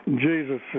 Jesus